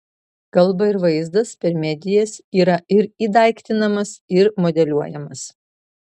kalba ir vaizdas per medijas yra ir įdaiktinamas ir modeliuojamas